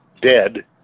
dead